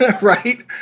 right